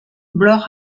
blog